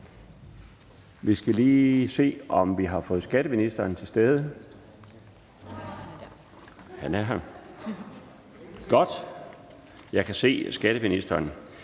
Vi skal lige se, om skatteministeren er kommet til stede. Han er her, godt. Jeg kan se skatteministeren,